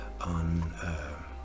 on